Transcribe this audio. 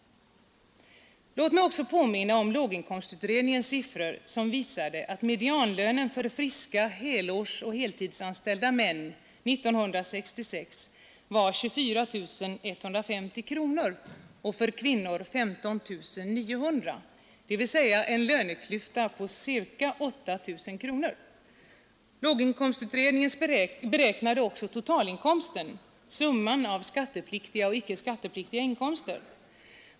Låt mig också påminna om låginkomstutredningens siffror, som visade att medianlönen för friska helårsoch heltidsanställda män 1966 var 24 150 kronor och för kvinnor 15 900 kronor, dvs. en löneklyfta på ca 8 000 kronor. Låginkomstutredningen beräknade också totalinkomsten, dvs. summan av skattepliktiga och icke skattepliktiga inkomster.